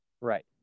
Right